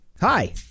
hi